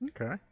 okay